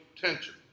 tension